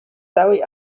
całej